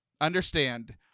understand